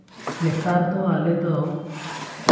ᱱᱮᱛᱟᱨ ᱫᱚ ᱟᱞᱮ ᱫᱚ